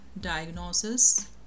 diagnosis